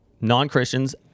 non-Christians